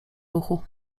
ruchu